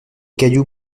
cailloux